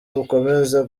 bukomeza